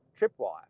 tripwire